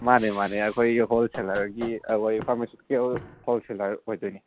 ꯃꯥꯅꯦ ꯃꯥꯅꯦ ꯑꯩꯈꯣꯏꯒꯤ ꯍꯣꯜ ꯁꯦꯜꯂꯔꯒꯤ ꯑꯩꯈꯣꯏ ꯐꯥꯔꯃꯥꯁꯤꯀꯦꯜ ꯍꯣꯜ ꯁꯦꯜꯂꯔ ꯑꯣꯏꯒꯗꯣꯏꯅꯦ